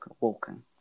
walking